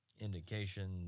indication